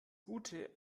gute